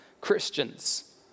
Christians